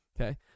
Okay